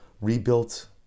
rebuilt